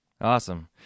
Awesome